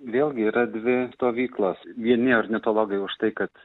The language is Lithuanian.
vėlgi yra dvi stovyklos vieni ornitologai už tai kad